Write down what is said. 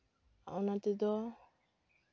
ᱚᱱᱟ ᱛᱮᱫᱚ